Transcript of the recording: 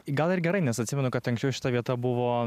gal ir gerai nes atsimenu kad anksčiau šita vieta buvo